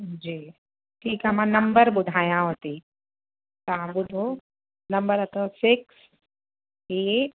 जी ठीकु आहे मां नम्बर ॿुधायांव थी तव्हां ॿुधो नम्बर अथव सिक्स ऐट